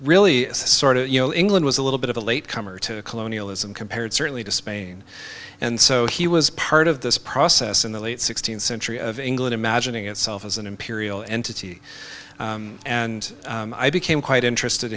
of you know england was a little bit of a late comer to colonialism compared certainly to spain and so he was part of this process in the late sixteenth century of england imagining itself as an imperial entity and i became quite interested